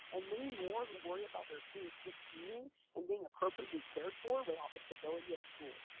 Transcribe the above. and many more who worry about their students just eating and being appropriately cared for without the stability of school.